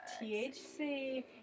THC